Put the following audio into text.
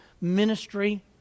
ministry